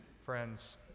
Friends